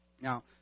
Now